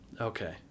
Okay